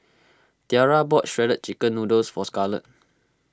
Tiara bought Shredded Chicken Noodles for Scarlet